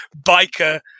biker